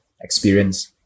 experience